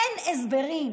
אין הסברים.